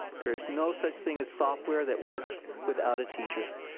there is no such thing as software that works without a teacher.